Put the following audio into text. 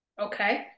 okay